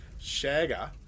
Shagger